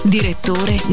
Direttore